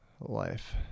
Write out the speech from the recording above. life